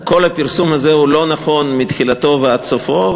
כל הפרסום הזה הוא לא נכון מתחילתו ועד סופו,